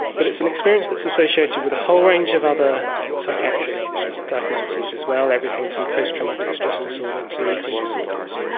but it's an experience that is associated with a whole range of other psychiatric diagnoses as well, everything from post-traumatic stress disorder to eating disorders.